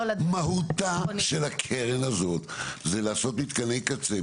מהותה של הקרן הזו היא לעשות מתקני קצה,